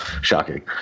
Shocking